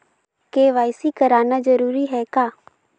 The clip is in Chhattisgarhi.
के.वाई.सी कराना जरूरी है का?